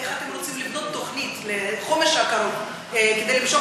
איך אתם רוצים לבנות תוכנית לחומש הקרוב כדי למשוך